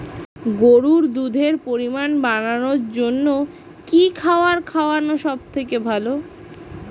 গরুর দুধের পরিমাণ বাড়ানোর জন্য কি খাবার খাওয়ানো সবথেকে ভালো?